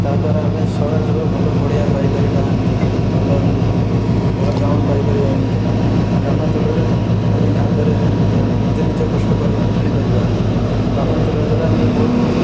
ତା' ଦ୍ୱାରା ଆମେ ସହରାଞ୍ଚଳରେ ଭଲ ପଡ଼ିଆ ପାଇପାରିବା ଭଲ ଭଲ ଗ୍ରାଉଣ୍ଡ୍ ପାଇପାରିବା ଏମିତି ଗ୍ରାମାଞ୍ଚଳରେ ଆମେ କାଦୁଅରେ ଏମିତି ଆମେ ନିଜେ ନିଜେ କଷ୍ଟ କରି ହିଁ ଖେଳିପାରିବା ଗ୍ରାମାଞ୍ଚଳ ଦ୍ଵାରା ଆମେ ବହୁତ